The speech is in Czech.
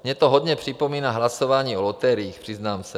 Mně to hodně připomíná hlasování o loteriích, přiznám se.